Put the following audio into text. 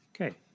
Okay